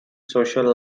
social